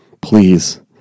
please